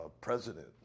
President